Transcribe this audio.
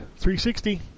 360